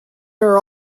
are